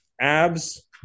abs